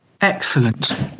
Excellent